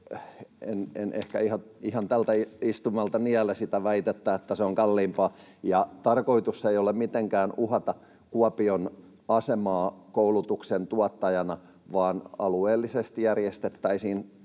en ehkä ihan tältä istumalta niele sitä väitettä, että se on kalliimpaa. Tarkoitus ei ole mitenkään uhata Kuopion asemaa koulutuksen tuottajana, vaan alueellisesti järjestettäisiin